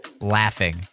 laughing